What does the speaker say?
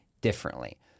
differently